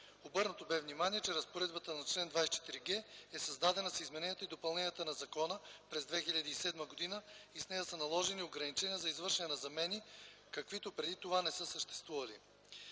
Обърнато бе внимание, че разпоредбата на чл. 24г е създадена с измененията и допълненията в закона през 2007 г. и с нея са наложени ограничения за извършване на замени, каквито преди това не са съществували.